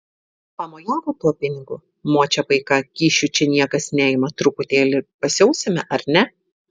pamojavo tuo pinigu močia paika kyšių čia niekas neima truputėlį pasiausime ar ne